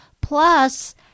plus